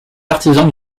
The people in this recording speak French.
partisan